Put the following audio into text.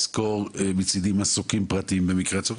ישכור מסוקים פרטים במקרי הצורך,